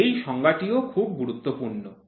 তাই এই সংজ্ঞাটিও খুব গুরুত্বপূর্ণ